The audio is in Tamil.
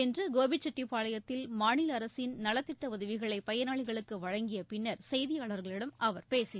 இன்று கோபிசெட்டிப்பாளையத்தில் மாநில அரசின் நலத்திட்ட உதவிகளை பயனாளிகளுக்கு வழங்கிய பின்னர் செய்தியாளர்களிடம் அவர் பேசினார்